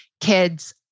kids